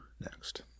next